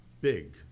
big